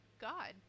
God